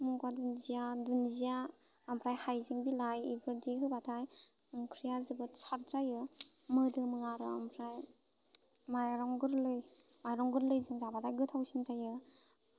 मगा दुन्दिया दुनदिया ओमफ्राय हायजें बिलाइ बेफोरबायदि होबाथाय ओंख्रिआ जोबोद साद जायो मोदोमो आरो ओमफ्राय माइरं गोरलै माइरं गोरलैजों जाबाथाय गोथावसिन जायो